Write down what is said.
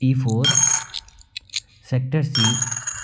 E four sector C